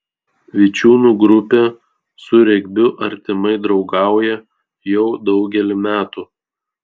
vičiūnų grupė su regbiu artimai draugauja jau daugelį metų